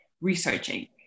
researching